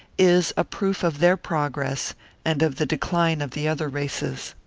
is a proof of their progress and of the decline of the other races.